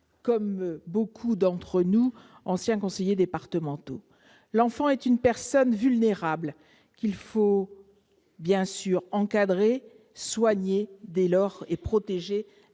comme nombre d'anciens conseillers départementaux. L'enfant est une personne vulnérable qu'il faut bien sûr encadrer, soigner et protéger